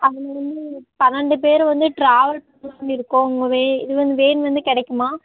அதில் வந்து பன்னெண்டு பேர் வந்து ட்ராவல் புக் பண்ணிருக்கோம் உங்கள் வே இது வந்து வேன் வந்து கிடைக்குமா